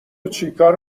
چیکار